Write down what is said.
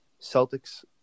Celtics